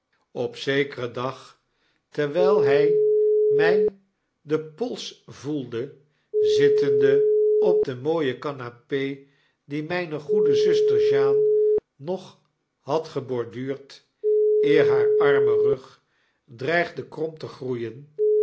op zekeren dag terwfll hfl mij den pols voelde zittende op de mooie canape die mijne goede zuster jeane nog had geborduurd eer haar arme rug dreigde krom te groeien